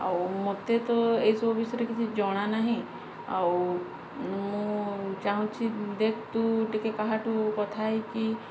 ଆଉ ମୋତେ ତ ଏଇସବୁ ବିଷୟରେ କିଛି ଜଣା ନାହିଁ ଆଉ ମୁଁ ଚାହୁଁଛି ଦେଖ ତୁ ଟିକେ କାହାଠୁ କଥା ହେଇକି